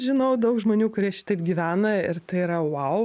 žinau daug žmonių kurie šitaip gyvena ir tai yra vau